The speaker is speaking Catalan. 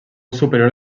superior